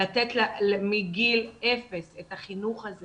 לתת מגיל אפס את החינוך הזה